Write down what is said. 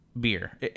beer